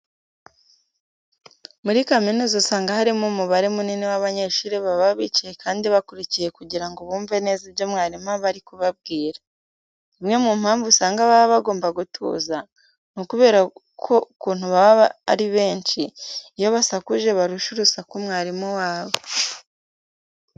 Muri kaminuza usanga harimo umubare munini w'abanyeshuri baba bicaye kandi bakurikiye kugira ngo bumve neza ibyo mwarimu aba ari kubabwira. Imwe mu mpamvu usanga baba bagomba gutuza, ni ukubera ko ukuntu baba ari benshi, iyo basakuje barusha urusaku mwarimu wabo.